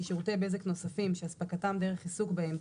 כי שירותי בזק נוספים שאספקתם דרך עיסוק בהם,